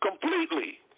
completely